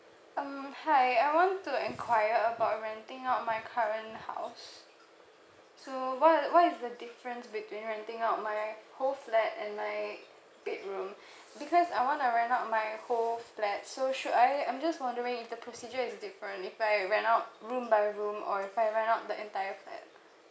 um hi I want to enquire about renting out my current house so what what is the difference between renting out my whole flat and my bedroom because I wanna rent out my whole flat so should I I'm just wondering if the procedure is different if I rent out room by room or if I rent out the entire flat